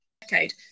decade